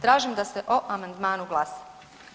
Tražim da se o amandmanu glasa.